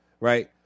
right